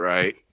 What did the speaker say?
Right